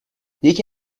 یکی